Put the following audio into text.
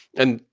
and,